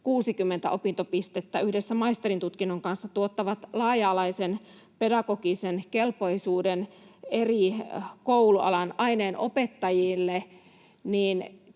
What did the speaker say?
60 opintopistettä, yhdessä maisterin tutkinnon kanssa tuottavat laaja-alaisen pedagogisen kelpoisuuden eri koulualan aineenopettajille.